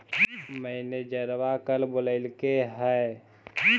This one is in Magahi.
मैनेजरवा कल बोलैलके है?